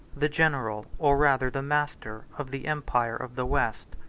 the general, or rather the master, of the empire of the west.